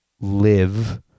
live